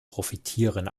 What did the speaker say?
profitieren